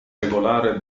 regolare